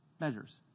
measures